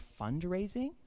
fundraising